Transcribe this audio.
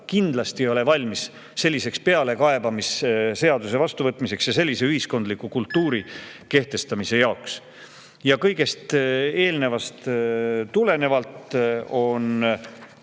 kindlasti valmis sellise pealekaebamisseaduse vastuvõtmiseks ja sellise ühiskondliku kultuuri kehtestamiseks. Ja kõigest eelnevast tulenevalt on